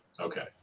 Okay